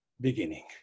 beginning